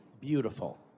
beautiful